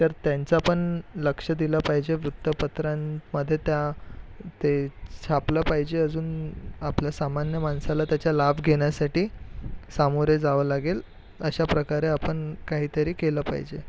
तर त्यांचा पण लक्ष दिलं पाहिजे वृतपत्रांमध्ये त्या ते छापलं पाहिजे अजून आपलं सामान्य माणसाला त्याचा लाभ घेण्यासाठी सामोरे जावं लागेल अशा प्रकारे आपण काहीतरी केलं पाहिजे